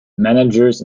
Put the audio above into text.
managers